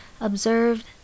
observed